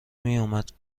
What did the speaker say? میومد